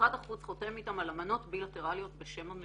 שמשרד החוץ חותם איתן על אמנות בילטראליות בשם המדינה.